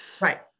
Right